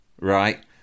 right